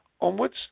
onwards